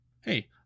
Hey